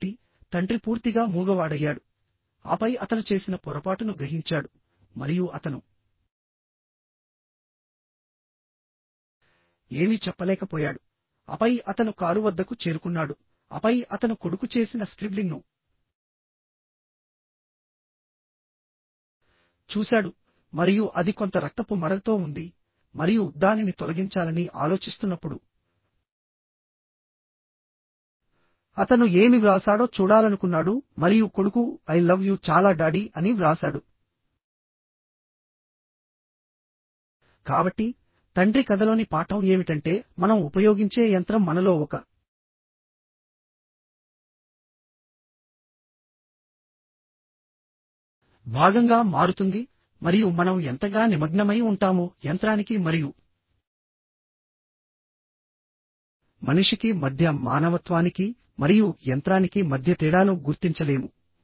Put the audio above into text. కాబట్టి తండ్రి పూర్తిగా మూగవాడయ్యాడు ఆపై అతను చేసిన పొరపాటును గ్రహించాడు మరియు అతను ఏమీ చెప్పలేకపోయాడు ఆపై అతను కారు వద్దకు చేరుకున్నాడు ఆపై అతను కొడుకు చేసిన స్క్రిబ్లింగ్ను చూశాడు మరియు అది కొంత రక్తపు మరకతో ఉంది మరియు దానిని తొలగించాలని ఆలోచిస్తున్నప్పుడు అతను ఏమి వ్రాసాడో చూడాలనుకున్నాడు మరియు కొడుకు ఐ లవ్ యు చాలా డాడీ అని వ్రాసాడు కాబట్టి తండ్రి కథలోని పాఠం ఏమిటంటే మనం ఉపయోగించే యంత్రం మనలో ఒక భాగంగా మారుతుంది మరియు మనం ఎంతగా నిమగ్నమై ఉంటామో యంత్రానికి మరియు మనిషికి మధ్య మానవత్వానికి మరియు యంత్రానికి మధ్య తేడాను గుర్తించలేము